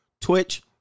Twitch